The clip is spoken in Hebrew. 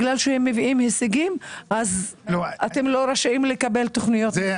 בגלל שהם מביאים הישגים הם לא רשאים לקבל תכניות מסוימות.